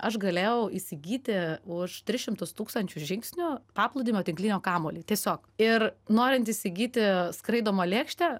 aš galėjau įsigyti už tris šimtus tūkstančių žingsnių paplūdimio tinklinio kamuolį tiesiog ir norint įsigyti skraidomą lėkštę